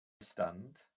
stunned